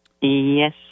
Yes